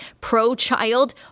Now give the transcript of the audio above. pro-child